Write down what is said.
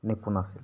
নিপুণ আছিল